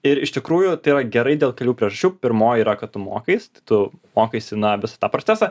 ir iš tikrųjų tai yra gerai dėl kelių priežasčių pirmoji yra kad tu mokais tu mokaisi na visą tą procesą